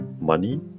money